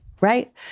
right